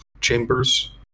chambers